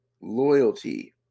Loyalty